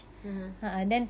(uh huh)